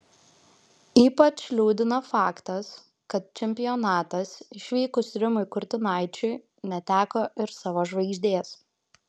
ypač liūdina faktas kad čempionatas išvykus rimui kurtinaičiui neteko ir savo žvaigždės